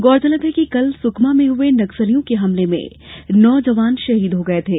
गौरतलब है कि कल सुकमा में नक्सलियों के हमले में नौ जवान शहीद हो गये थे